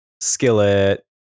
skillet